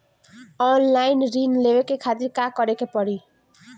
Online ऋण लेवे के खातिर का करे के पड़ी?